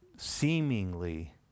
seemingly